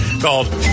called